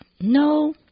No